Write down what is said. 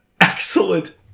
excellent